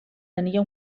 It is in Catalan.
tenia